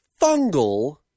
fungal